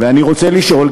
אני רוצה לשאול,